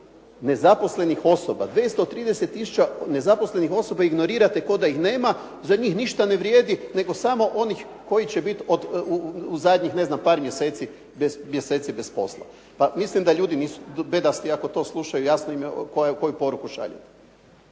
nezaposlenih osoba. 230 tisuća nezaposlenih osoba ignorirate kao da ih nema, za njih ništa ne vrijedi, nego samo onih koji će biti ne znam u zadnjih par mjeseci bez posla. Pa mislim da ljudi nisu bedasti ako to slušaju, jasno im je koju poruku šaljete.